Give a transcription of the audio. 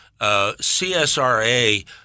CSRA